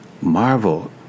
marvel